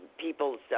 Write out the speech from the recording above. people's